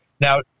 Now